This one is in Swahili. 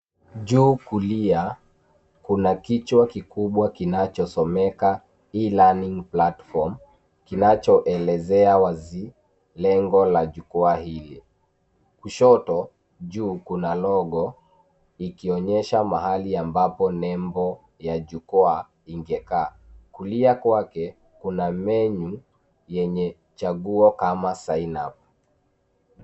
Juu kulia, kuna kichwa kikubwa kinachosomeka e-learning platform kinachoelezea wazi lengo la jukwaa hili. Kushoto juu kuna logo ikionyesha mahali ambapo nembo la jukwaa ingekaa. Kulia kwake, kuna menu yenye chaguo kama sign up .